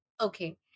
Okay